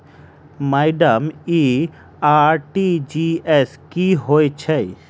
Madam इ RTGS की होइ छैय?